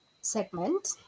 segment